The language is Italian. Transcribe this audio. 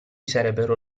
sarebbero